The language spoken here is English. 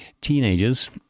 teenagers